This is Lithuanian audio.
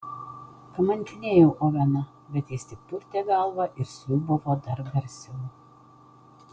kamantinėjau oveną bet jis tik purtė galvą ir sriūbavo dar garsiau